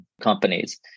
companies